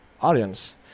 audience